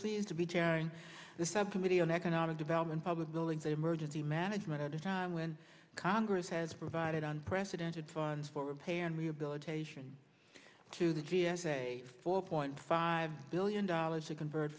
pleased to be chairing the subcommittee on economic development public buildings emergency management at a time when congress has provided on precedented funds for repair and rehabilitation to the g s a four point five billion dollars to convert